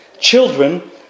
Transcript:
children